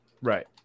Right